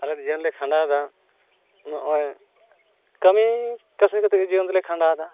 ᱟᱞᱮᱫᱚ ᱡᱤᱭᱚᱱᱞᱮ ᱠᱷᱟᱸᱰᱟᱣᱫᱟ ᱱᱚᱜᱼᱚᱸᱭ ᱠᱟᱹᱢᱤ ᱠᱟᱹᱥᱱᱤ ᱠᱟᱛᱮᱜᱮ ᱡᱤᱭᱚᱱᱫᱚᱞᱮ ᱠᱷᱟᱸᱰᱟᱣᱮᱫᱟ